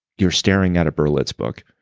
you're staring at a berlitz book,